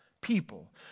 people